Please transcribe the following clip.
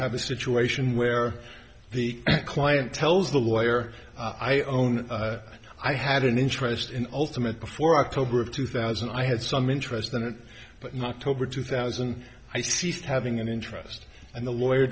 have a situation where the client tells the lawyer i own i had an interest in ultimate before october of two thousand i had some interest in it but not tobar two thousand i ceased having an interest in the lawyer